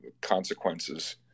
consequences